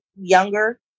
younger